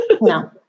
No